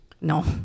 No